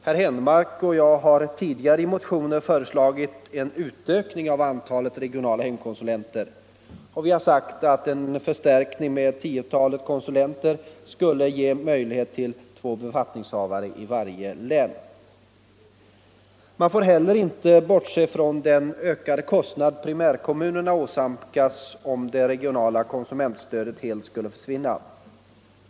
Herr Henmark och jag har tidigare i motioner föreslagit en utökning av antalet regionala hemkonsulenter. Vi har sagt att en förstärkning med tiotalet konsulenter skulle ge möjlighet till två befattningshavare i varje län. Man får inte heller bortse från den ökade kostnad primärkommunerna åsamkas om det regionala konsumentstödet helt skulle försvinna.